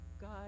God